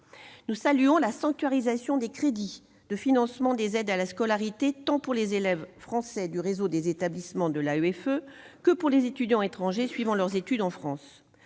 Nous saluons la sanctuarisation des crédits de financement des aides à la scolarité, tant pour les élèves français du réseau des établissements de l'AEFE que pour les étudiants étrangers suivant leurs études en France.